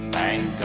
Thank